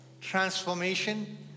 transformation